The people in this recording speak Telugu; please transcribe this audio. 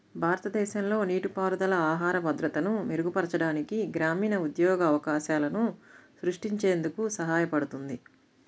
భారతదేశంలో నీటిపారుదల ఆహార భద్రతను మెరుగుపరచడానికి, గ్రామీణ ఉద్యోగ అవకాశాలను సృష్టించేందుకు సహాయపడుతుంది